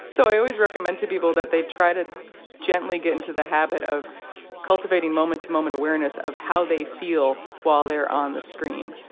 so i always recommend to people that they try to gently get into the habit of cultivating moment-to-moment awareness of how they feel while they're on the screen.